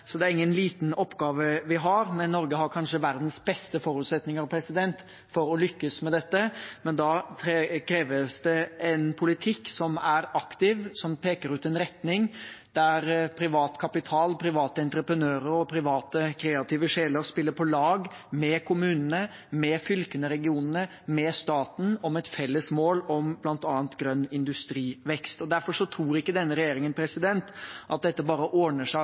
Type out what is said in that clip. Så det er ingen liten oppgave vi har, men Norge har kanskje verdens beste forutsetninger for å lykkes med dette. Men da kreves det en politikk som er aktiv, som peker ut en retning der privat kapital, private entreprenører og private, kreative sjeler spiller på lag med kommunene, med fylkene, regionene og staten om et felles mål om bl.a. grønn industrivekst. Derfor tror ikke denne regjeringen at dette bare ordner seg